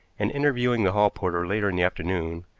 and, interviewing the hall-porter later in the afternoon,